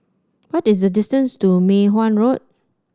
what is the distance to Mei Hwan Road